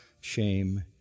shame